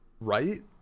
right